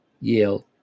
Yale